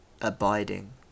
abiding